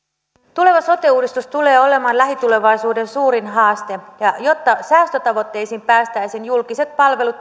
tuleva sote uudistus tulee olemaan lähitulevaisuuden suurin haaste ja jotta säästötavoitteisiin päästäisiin julkiset palvelut